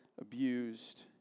abused